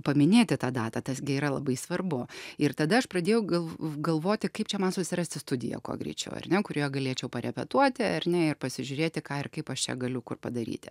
paminėti tą datą tas gi yra labai svarbu ir tada aš pradėjau galv galvoti kaip čia man susirasti studiją kuo greičiau ar ne kurioje galėčiau parepetuoti ar ne ir pasižiūrėti ką ir kaip aš čia galiu padaryti